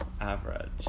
average